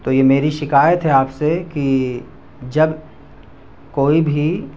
تو یہ میری شکایت ہے آپ سے کہ جب کوئی بھی